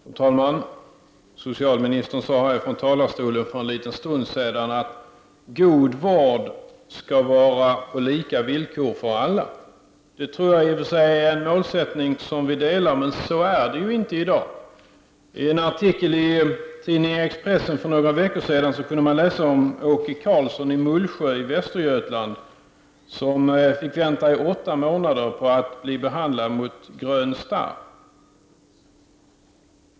Fru talman! Socialministern sade från kammarens talarstol för en liten stund sedan att god vård skall ges till alla på lika villkor. Det tror jag är en målsättning som vi alla har, men så är det ju inte i dag. För några veckor sedan kunde man i en artikel i tidningen Expressen läsa om Åke Karlsson i Mullsjö i Västergötland, som fick vänta i åtta månader på att bli behandlad mot grön starr.